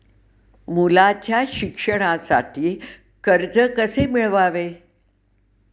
मुलाच्या शिक्षणासाठी कर्ज कसे मिळवावे?